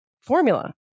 formula